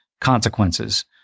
consequences